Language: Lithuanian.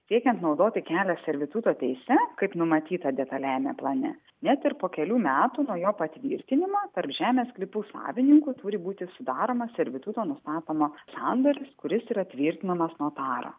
siekiant naudoti kelio servituto teise kaip numatyta detaliajame plane net ir po kelių metų nuo jo patvirtinimo tarp žemės sklypų savininkų turi būti sudaromas servituto nustatomas sandoris kuris yra tvirtinamas notaro